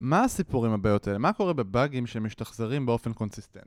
מה הסיפור עם הבעיות האלה? מה קורה בבאגים שמשתחזרים באופן קונסיסטנטי?